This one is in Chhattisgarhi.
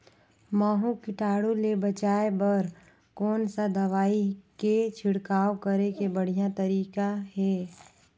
महू कीटाणु ले बचाय बर कोन सा दवाई के छिड़काव करे के बढ़िया तरीका हे?